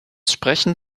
sprechen